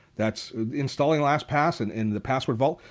that's installing lastpass and in the password vault.